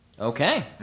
Okay